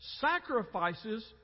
Sacrifices